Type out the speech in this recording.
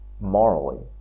morally